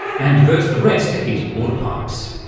and diverts the rest to heating water pipes.